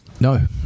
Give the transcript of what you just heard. No